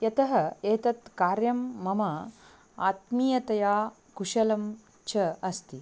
यतः एतत् कार्यं मम आत्मीयतया कुशलं च अस्ति